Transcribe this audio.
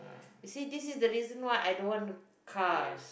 you see this is the reason why I don't want the car